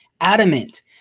adamant